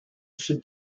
should